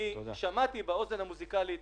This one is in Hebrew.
שמעתי באוזן המוסיקלית,